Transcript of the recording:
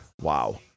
Wow